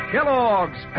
Kellogg's